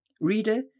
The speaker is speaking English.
reader